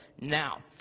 Now